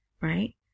right